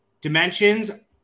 Dimensions